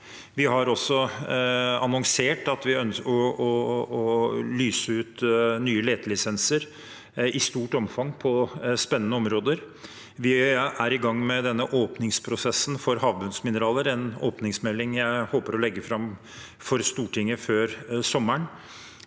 Vi har også annonsert at vi ønsker å lyse ut nye letelisenser i stort omfang på spennende områder. Vi er i gang med denne åpningsprosessen for havbunnsmineraler, en åpningsmelding jeg håper å legge fram for Stortinget før sommeren.